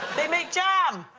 they make jam.